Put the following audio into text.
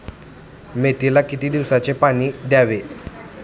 मेथीला किती दिवसांनी पाणी द्यावे?